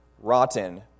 rotten